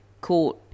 court